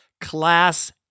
Class